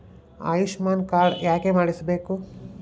Ayushman card ಯಾಕೆ ಮಾಡಿಸಬೇಕು?